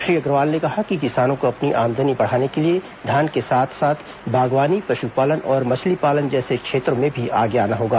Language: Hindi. श्री अग्रवाल ने कहा कि किसानों को अपनी आमदनी बढ़ाने के लिए धान के साथ बागवानी पश्पालन और मछली पालन जैसे क्षेत्रों में भी आगे आना होगा